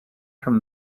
from